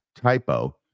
typo